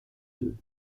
deux